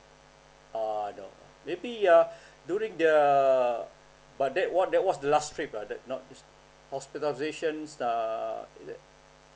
uh no maybe uh during the but that was that was last trip ah that not this hospitalisation uh th~